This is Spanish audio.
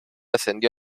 ascendió